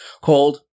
called